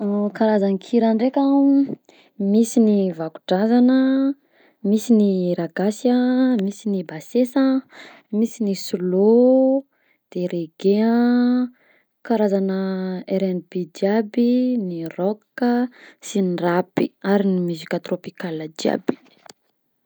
Karazan-kira ndraika an: misy ny vako-drazana, misy ny hira gasy an, misy ny basesa, misy ny slow, de reggea an, karazana rnb jiaby, ny rock sy ny rap ary ny music tropical jiaby.